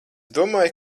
domāju